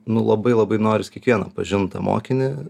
nu labai labai noris kiekvieną pažin tą mokinį